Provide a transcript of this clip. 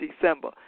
December